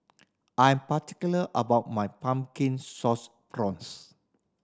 I am particular about my Pumpkin Sauce Prawns